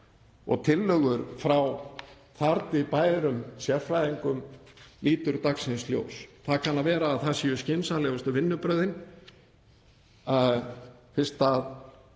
og tillögur frá þar til bærum sérfræðingum líta dagsins ljós. Það kann að vera að það séu skynsamlegustu vinnubrögðin fyrst